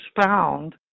found